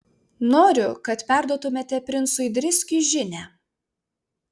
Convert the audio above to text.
noriu kad perduotumėte princui driskiui žinią